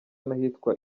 n’ahitwa